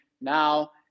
now